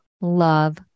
love